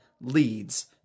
leads